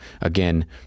Again